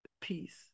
peace